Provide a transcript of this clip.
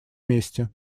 месте